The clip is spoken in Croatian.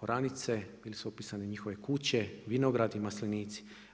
oranice, bile su upisane njihove kuće, vinogradi, maslinici.